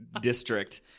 district